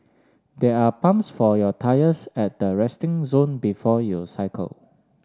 there are pumps for your tyres at the resting zone before you cycle